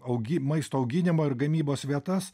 augi maisto auginimo ir gamybos vietas